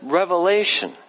revelation